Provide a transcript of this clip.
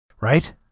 Right